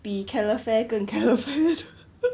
比 calefare 更 calefare 的